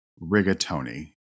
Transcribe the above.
rigatoni